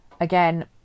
Again